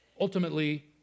ultimately